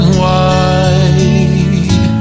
wide